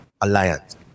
Alliance